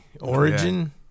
Origin